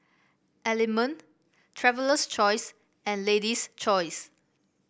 Element Traveler's Choice and Lady's Choice